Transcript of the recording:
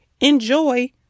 enjoy